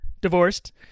divorced